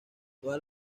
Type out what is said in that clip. todas